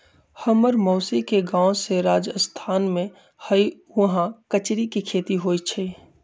हम्मर मउसी के गाव जे राजस्थान में हई उहाँ कचरी के खेती होई छई